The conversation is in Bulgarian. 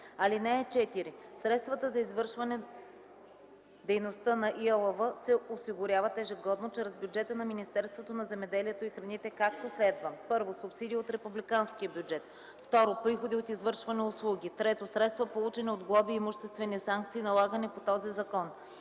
София. (4) Средствата за извършване дейността на ИАЛВ се осигуряват ежегодно чрез бюджета на Министерството на земеделието и храните, както следва: 1. субсидии от републиканския бюджет; 2. приходи от извършвани услуги; 3. средства, получени от глоби и имуществени санкции, налагани по този закон;